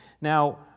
Now